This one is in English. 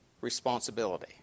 responsibility